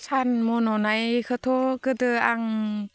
सान मन'नायखौथ' गोदो आं